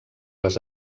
les